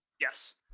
Yes